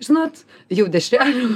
žinot jau dešrelių